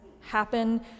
happen